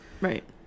Right